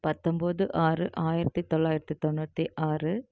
பத்தொம்பது ஆறு ஆயிரத்து தொள்ளாயிரத்து தொண்ணூற்றி ஆறு